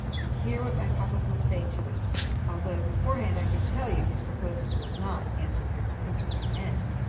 and hear what my papa will say to it although beforehand i can tell you, these proposals will not answer the principal end.